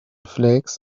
flakes